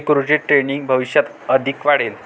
securities trading भविष्यात अधिक वाढेल